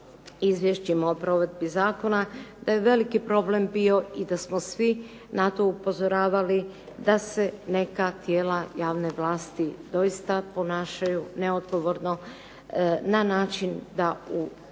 izvješćima o provedbi zakona da je veliki problem bio i da smo svi na to upozoravali da se neka tijela javne vlasti doista ponašaju neodgovorno na način da u